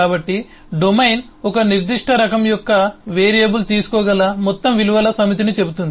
కాబట్టి డొమైన్ ఒక నిర్దిష్ట రకం యొక్క వేరియబుల్ తీసుకోగల మొత్తం విలువల సమితిని చెబుతుంది